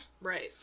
Right